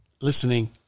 listening